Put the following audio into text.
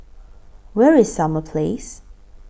Where IS Summer Place